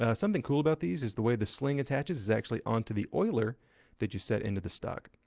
ah something cool about these is the way the sling attaches is actually on to the oiler that you set into the stock.